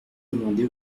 demandé